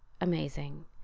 amazing